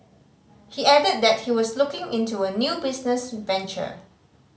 he added that he was looking into a new business venture